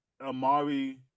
Amari